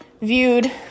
viewed